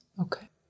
Okay